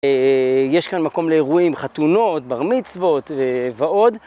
יש כאן מקום לאירועים, חתונות, בר מצוות ועוד.